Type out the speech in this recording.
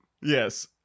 yes